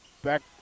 Back